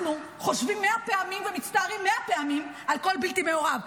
אנחנו חושבים מאה פעמים ומצטערים מאה פעמים על כל בלתי מעורב,